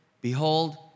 behold